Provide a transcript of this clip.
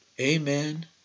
Amen